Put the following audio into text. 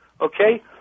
Okay